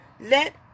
Let